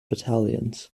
battalions